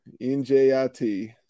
NJIT